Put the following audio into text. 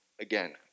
Again